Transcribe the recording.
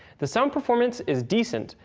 the sound performance is decent,